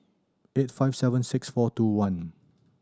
eight five seven six four two one